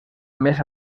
més